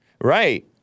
Right